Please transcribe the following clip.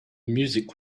music